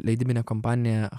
leidybine kompanija